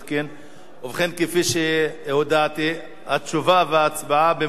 ובכן, כפי שהודעתי התשובה וההצבעה במועד אחר.